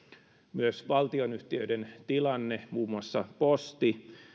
myös valtionyhtiöiden tilanne muun muassa posti